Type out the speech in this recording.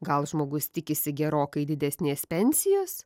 gal žmogus tikisi gerokai didesnės pensijos